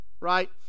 right